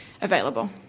available